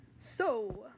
So